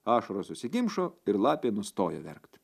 ašaros užsikimšo ir lapė nustojo verkt